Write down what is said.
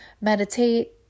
meditate